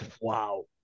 wow